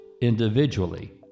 individually